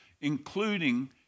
including